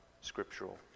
scriptural